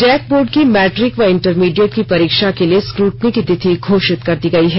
Jack board की matric व intermediate की परीक्षा के लिए स्क्रूटनी की तिथि घोषित कर दी गई है